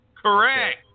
Correct